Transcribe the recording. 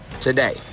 today